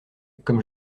comme